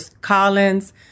Collins